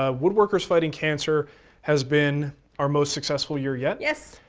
ah wood workers fighting cancer has been our most successful year yet. yes.